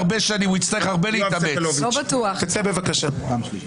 אם אני הייתי עושה זאת הייתם מאשימים